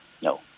no